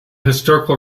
historical